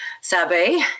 Sabe